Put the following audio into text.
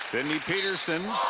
sidney petersen,